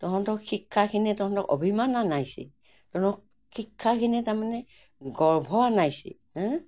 তহঁতক শিক্ষাখিনি তহঁতক অভিমান আনাইছি তহঁতক শিক্ষাখিনি তাৰমানে গৰ্ব আনাইছি হাঁ